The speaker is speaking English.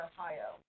Ohio